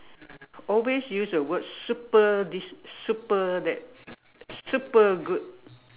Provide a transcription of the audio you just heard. always use the word super this super that super good